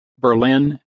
Berlin